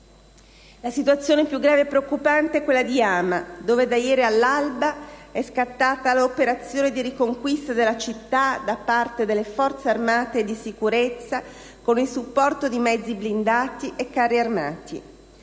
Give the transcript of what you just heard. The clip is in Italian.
La situazione più grave e preoccupante è quella di Hama, dove da ieri all'alba è scattata l'operazione di "riconquista" della città da parte delle Forze armate e di sicurezza, con il supporto di mezzi blindati e carri armati.